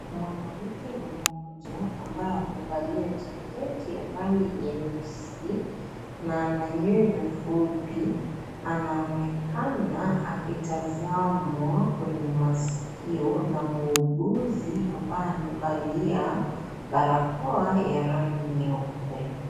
Mwanamke mmoja ambaye amevalia jaketi ya rangi nyeusi na ana nywele fupi, anaonekana akitazamwa kwenye masikio na mwuguzi ambaye amevalia barakoa ya rangi nyeupe.